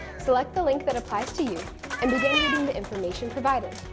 select the link that applies to you and begin reading the information provided.